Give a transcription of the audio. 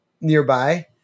nearby